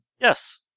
Yes